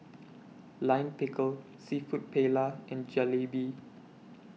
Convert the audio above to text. Lime Pickle Seafood Paella and Jalebi